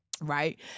right